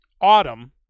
autumn